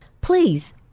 Please